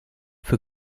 für